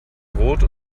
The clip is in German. rot